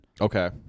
Okay